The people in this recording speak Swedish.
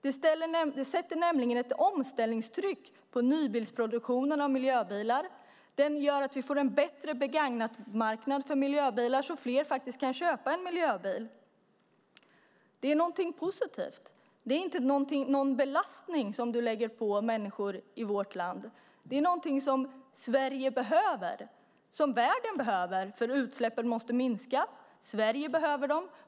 Det sätter nämligen ett omställningstryck på nybilsproduktionen av miljöbilar och gör att vi får en bättre-begagnat-marknad för miljöbilar så att fler faktiskt kan köpa en miljöbil. Detta är alltså något positivt och inte en belastning på människor i vårt land. Det är något som Sverige och världen behöver, eftersom utsläppen måste minska. Sverige behöver detta.